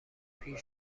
پیر